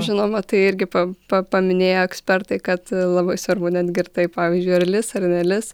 žinoma tai irgi pa pa paminėjo ekspertai kad labai svarbu netgi ir tai pavyzdžiui ar lis ar nelis